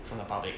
from the public